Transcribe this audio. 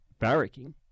barracking